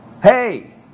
Hey